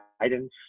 guidance